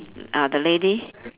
ah the lady